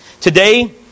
Today